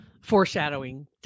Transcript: foreshadowing